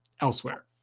elsewhere